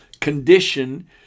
condition